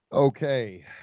Okay